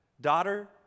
Daughter